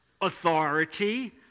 authority